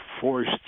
forced